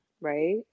right